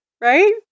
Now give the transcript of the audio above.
right